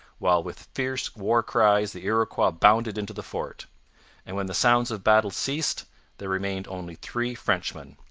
while with fierce war-cries the iroquois bounded into the fort and when the sounds of battle ceased there remained only three frenchmen,